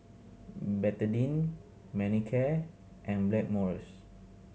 Betadine Manicare and Blackmores